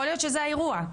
יכול להיות שזה האירוע.